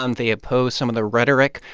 um they oppose some of the rhetoric,